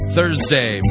Thursday